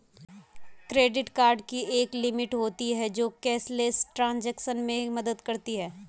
credit card की एक limit होती है जो कैशलेस ट्रांज़ैक्शन में मदद करती है